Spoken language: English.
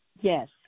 Yes